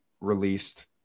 released